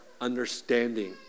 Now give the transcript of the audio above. understanding